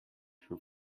her